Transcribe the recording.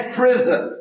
prison